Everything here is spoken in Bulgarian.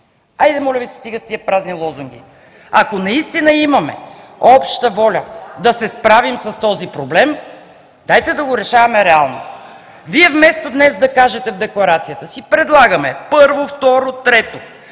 Хайде, моля Ви се, стига с тези празни лозунги! Ако наистина имаме обща воля да се справим с този проблем, дайте да го решаваме реално. Вместо днес да кажете в декларацията си: предлагаме – първо, второ, трето,